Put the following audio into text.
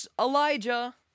Elijah